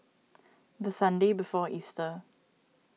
the Sunday before Easter